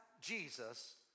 Jesus